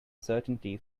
certainty